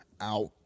out